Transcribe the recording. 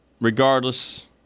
regardless